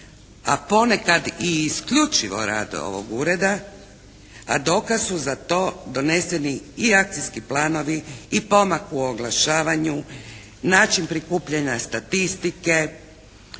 a ponekad i isključivo rad ovog Ureda, a dokaz su za to doneseni i akcijski planovi i pomak u oglašavanju, način prikupljanja statistike.